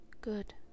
Good